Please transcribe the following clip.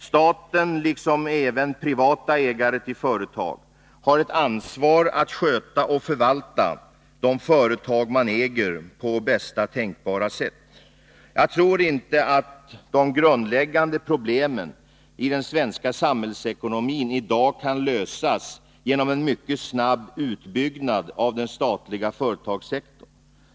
Staten liksom även privata ägare till företag har ett ansvar att sköta och förvalta de företag man äger på bästa tänkbara sätt. Jag tror inte att de grundläggande problemen i den svenska samhällsekonomin i dag kan lösas genom en mycket snabb utbyggnad av den statliga företagssektorn.